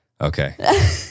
Okay